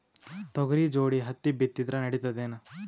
ತೊಗರಿ ಜೋಡಿ ಹತ್ತಿ ಬಿತ್ತಿದ್ರ ನಡಿತದೇನು?